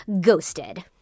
Ghosted